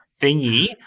thingy